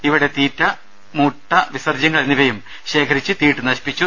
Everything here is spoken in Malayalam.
ഇവയുടെ തീറ്റ മുട്ട വിസർജ്യങ്ങൾ എന്നിവയും ശേഖരിച്ച് തീയിട്ട് നശിപ്പിച്ചു